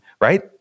right